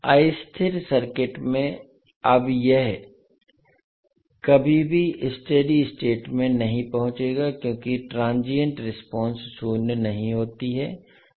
अस्थिर सर्किट में अब यह कभी भी स्टेडी स्टेट में नहीं पहुंचेगा क्योंकि ट्रांसिएंट रेस्पोंस शून्य नहीं होती है